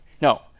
no